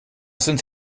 sind